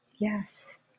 Yes